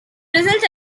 result